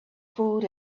food